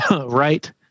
right